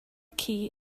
key